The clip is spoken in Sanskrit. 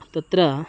तत्र